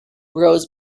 rose